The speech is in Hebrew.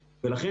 אגב,